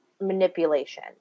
manipulation